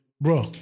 bro